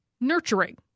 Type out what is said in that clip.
nurturing